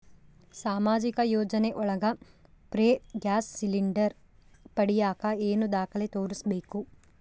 ಸಾಮಾಜಿಕ ಯೋಜನೆ ಒಳಗ ಫ್ರೇ ಗ್ಯಾಸ್ ಸಿಲಿಂಡರ್ ಪಡಿಯಾಕ ಏನು ದಾಖಲೆ ತೋರಿಸ್ಬೇಕು?